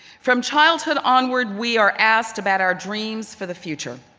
from childhood onward, we are asked about our dreams for the future.